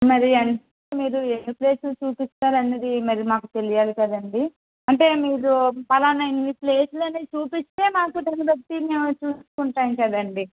మరి ఎంత మీరు ఏ ప్లేస్లు చూపిస్తారనేది మరి మాకు తెలియాలి కదండి అంటే మీరు ఫలానా ఈ ప్లేస్లని చూపిస్తే మాకు దాన్నిబట్టి మేము చూసుకుంటాం కదండి